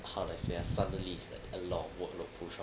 how do I say ah suddenly it's like a lot of workload push lor